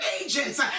agents